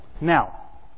Now